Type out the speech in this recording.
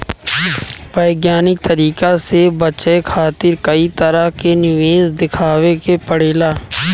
वैज्ञानिक तरीका से बचे खातिर कई तरह के निवेश देखावे के पड़ेला